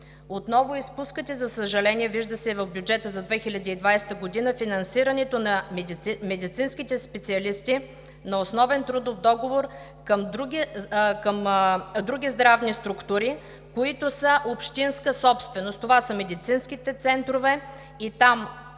Отново изпускате, за съжаление, вижда се и в бюджета за 2020 г., финансирането на медицинските специалисти на основен трудов договор към други здравни структури, които са общинска собственост. Това са медицинските центрове и там